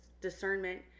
discernment